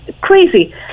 Crazy